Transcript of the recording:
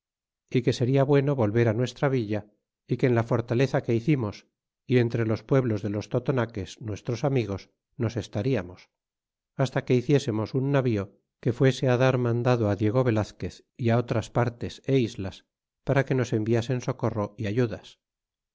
y que seria bueno volver nuestra villa y que en la fortaleza que hicimos y entre los pueblos de los totonaques nuestros amigos nos estariamos hasta que hiciésemos un navío que fuese dar mandado diego velazquez y otras partes é islas para que nos enviasen socorro y ayudas